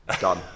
done